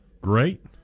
Great